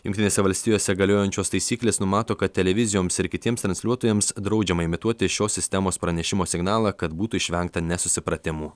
jungtinėse valstijose galiojančios taisyklės numato kad televizijoms ir kitiems transliuotojams draudžiama imituoti šios sistemos pranešimo signalą kad būtų išvengta nesusipratimų